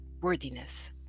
worthiness